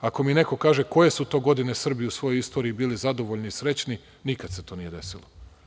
Ako mi neko kaže koje su to godine Srbi u svojoj istoriji bili zadovoljni i srećni, nikad se to nije desilo.